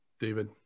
David